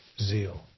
zeal